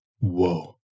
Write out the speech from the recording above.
whoa